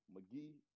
McGee